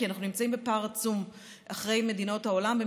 כי אנחנו נמצאים בפער עצום אחרי מדינות העולם,